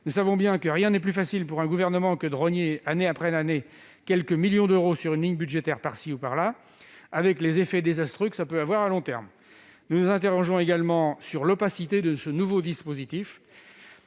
Nous savons bien que rien n'est plus facile pour un gouvernement que de rogner année après année quelques millions d'euros sur une ligne budgétaire, avec les effets désastreux que cela peut avoir à long terme. Nous nous interrogeons également sur l'opacité de ce nouveau dispositif.